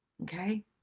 Okay